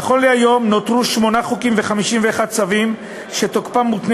נכון להיום נותרו שמונה חוקים ו-51 צווים שתוקפם מותנה